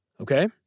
Okay